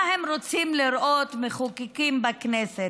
מה הם רוצים לראות שמחוקקים בכנסת?